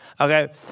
Okay